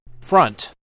front